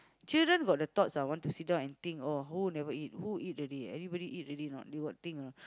children got the thoughts ah want to sit down and think oh who never eat who eat already everybody eat alraeady or not they got think or not